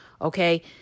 okay